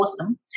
awesome